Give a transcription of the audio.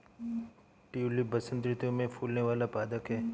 tulip बसंत ऋतु में फूलने वाला पदक है